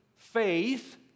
faith